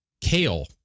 kale